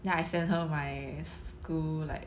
then I sent her my school like